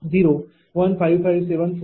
0